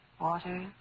Water